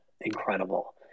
Incredible